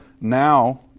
now